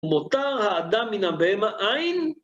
מותר האדם מן הבהמה אין